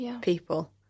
people